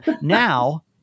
Now